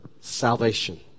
salvation